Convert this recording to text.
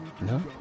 No